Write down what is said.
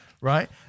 right